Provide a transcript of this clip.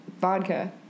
vodka